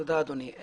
תודה אדוני.